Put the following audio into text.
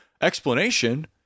explanation